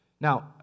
Now